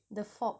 the fork